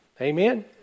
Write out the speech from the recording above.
Amen